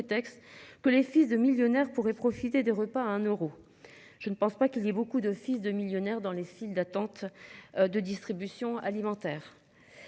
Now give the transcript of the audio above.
que les fils de millionnaire pourrait profiter des repas à un euro. Je ne pense pas qu'il y ait beaucoup d'de de millionnaires dans les sites d'attente. De distribution alimentaire.